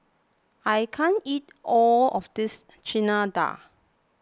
I can't eat all of this Chana Dal